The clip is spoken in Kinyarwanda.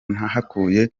nahakuye